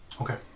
Okay